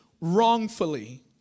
wrongfully